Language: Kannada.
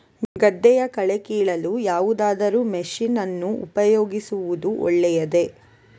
ಗದ್ದೆಯ ಕಳೆ ಕೀಳಲು ಯಾವುದಾದರೂ ಮಷೀನ್ ಅನ್ನು ಉಪಯೋಗಿಸುವುದು ಒಳ್ಳೆಯದೇ?